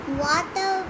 water